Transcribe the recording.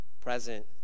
present